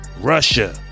Russia